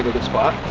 good spot.